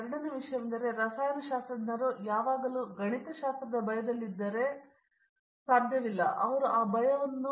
ಎರಡನೆಯ ವಿಷಯವೆಂದರೆ ರಸಾಯನಶಾಸ್ತ್ರಜ್ಞರು ಯಾವಾಗಲೂ ಗಣಿತಶಾಸ್ತ್ರದ ಭಯದಲ್ಲಿದ್ದರೆ ಇಂದು ಗಣಿತಶಾಸ್ತ್ರವು ಎಲ್ಲ ವಿಷಯಕ್ಕೆ ಒಂದು ಭಾಷೆಯಾಗಿದೆ